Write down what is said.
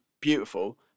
beautiful